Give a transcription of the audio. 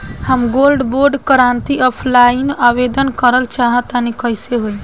हम gold bond करंति offline आवेदन करल चाह तनि कइसे होई?